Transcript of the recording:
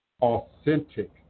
authentic